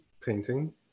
painting